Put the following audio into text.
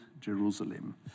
Jerusalem